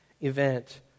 event